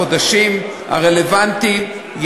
בחודשים הרלוונטיים,